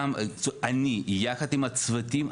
יחד עם הצוותים,